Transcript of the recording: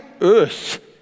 earth